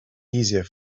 easier